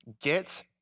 Get